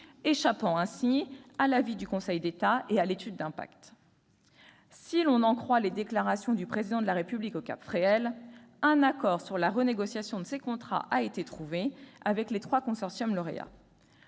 échappant ainsi à l'avis du Conseil d'État et à l'étude d'impact. Si l'on en croit les déclarations du Président de la République au cap Fréhel, un accord sur la renégociation des contrats a été trouvé avec les trois consortiums lauréats.